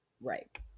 right